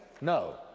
No